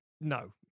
no